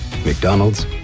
McDonald's